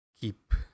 keep